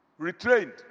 Retrained